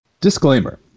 Disclaimer